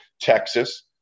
Texas